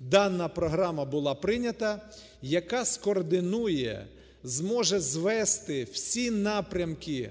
дана програма була прийнята, яка скоординує, зможе звести всі напрямки,